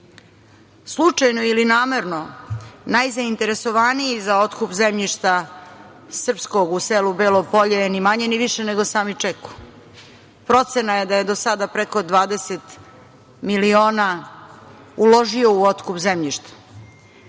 Slučajno ili namerno, najzainteresovaniji za otkup zemljišta srpskog Belo Polje, ni manje ni više, nego Sami Čeku. Procena je da je do sada preko 20 miliona uložio u otkup zemljišta. Dakle,